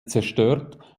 zerstört